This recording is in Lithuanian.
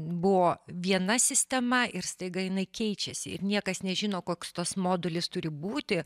buvo viena sistema ir staiga jinai keičiasi ir niekas nežino koks tas modulis turi būti